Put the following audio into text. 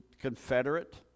Confederate